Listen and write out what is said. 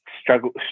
struggle